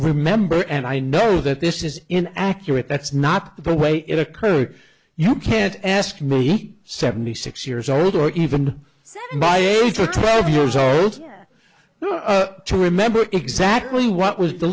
remember and i know that this is in accurate that's not the way it occurred you can't ask me seventy six years old or even set my age or twelve years old to remember exactly what was the